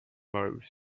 moulds